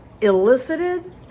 elicited